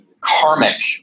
karmic